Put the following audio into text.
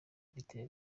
riteye